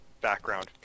background